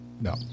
No